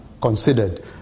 considered